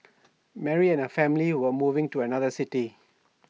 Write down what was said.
Mary and her family were moving to another city